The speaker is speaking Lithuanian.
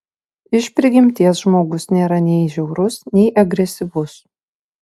iš prigimties žmogus nėra nei žiaurus nei agresyvus